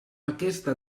aquesta